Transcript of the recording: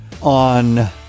on